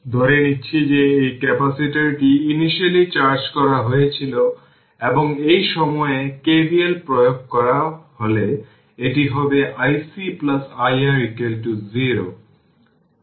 সুতরাং 5 Ω রেজিস্টর আছে 01 farad capacitor আছে ভোল্টেজ জুড়ে v c রয়েছে এই 5 Ω রেজিস্টর এবং এটি 55 এবং 15 উভয়ই সিরিজে রয়েছে এবং আলাদাভাবে নেওয়া হয়েছে এবং ix এর মাধ্যমে কারেন্ট রয়েছে